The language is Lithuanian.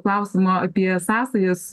klausimą apie sąsajas